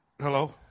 Hello